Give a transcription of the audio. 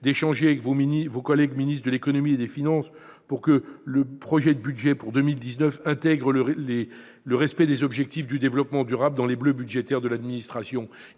d'échanger avec vos collègues ministres à Bercy pour que le projet de budget pour 2019 intègre le respect des objectifs du développement durable dans les bleus budgétaires de l'administration.